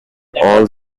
all